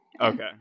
Okay